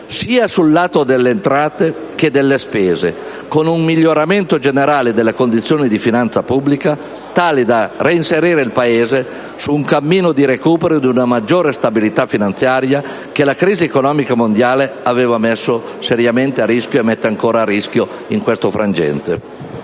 sia sul lato delle entrate che delle spese, con un miglioramento generale delle condizioni della finanza pubblica, tale da reinserire il Paese su un cammino di recupero di una maggiore stabilità finanziaria che la crisi economica mondiale aveva messo seriamente a rischio e mette ancora a rischio in questo frangente.